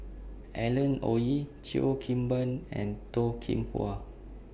Alan Oei Cheo Kim Ban and Toh Kim Hwa